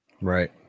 Right